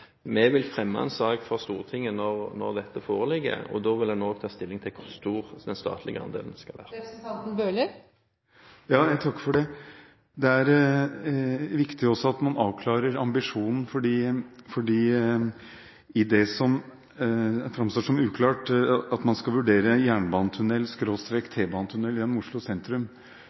Vi vil fremme en sak for Stortinget når dette foreligger, og da vil en også ta stilling til hvor stor den statlige andelen skal være. Jeg takker for det. Det er også viktig at man avklarer ambisjonen. I det som framstår som uklart, at man skal vurdere jernbanetunnel/T-banetunnel gjennom Oslo sentrum,